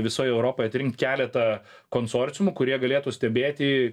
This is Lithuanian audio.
visoj europoj atrinkt keletą konsorciumų kurie galėtų stebėti